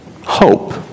hope